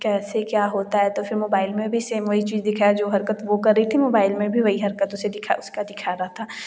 कैसे क्या होता है तो फ़िर मोबाइल में भी सेम वही चीज़ दिखाया जो हरकत वह कर रही थी मोबाइल में भी वही हरकत उसे दिखाया उसका दिखा रहा था